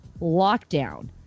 lockdown